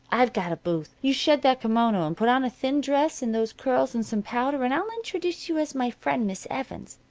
i've got a booth. you shed that kimono, and put on a thin dress and those curls and some powder, and i'll introduce you as my friend, miss evans.